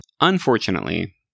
Unfortunately